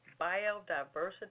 biodiversity